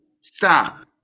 stop